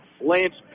Lance